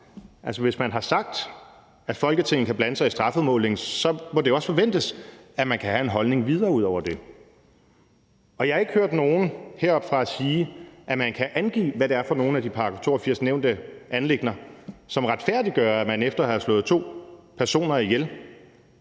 hvis man har sagt, at Folketinget kan blande sig i strafudmålingen, så må det også forventes, at man kan have en holdning videre ud over det. Jeg har ikke hørt nogen heroppefra sige, at man kan angive, hvad det er for nogle af de i § 82 nævnte anliggender, som retfærdiggør, at man efter at have slået to personer ihjel